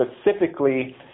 specifically